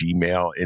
Gmail